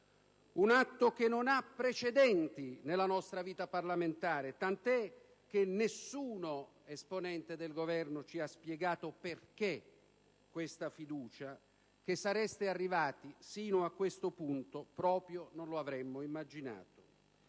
un atto che non ha precedenti nella nostra vita parlamentare, tant'è che nessuno esponente di Governo ci ha spiegato perché sia stata posta la questione di fiducia; che sareste arrivati fino a questo punto proprio non l'avremmo immaginato.